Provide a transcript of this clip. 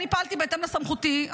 אני פעלתי בהתאם לסמכותי,